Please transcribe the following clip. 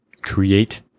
create